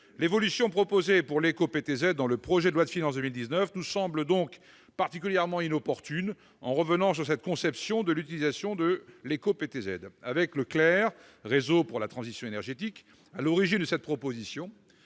L'évolution proposée pour l'éco-PTZ dans le projet de loi de finances pour 2019 nous semble donc particulièrement inopportune en revenant sur cette conception de l'utilisation de l'éco-PTZ. Le réseau CLER, qui fédère les territoires à énergie positive, est à l'origine de cette proposition